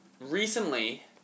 Recently